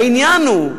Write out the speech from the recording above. העניין הוא,